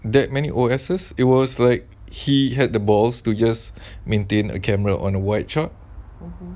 that many oasis it was like he had the balls to just maintain a camera on the white shot